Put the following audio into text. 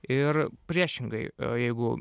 ir priešingai jeigu